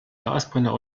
gasbrenner